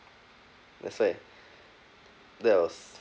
that's why that was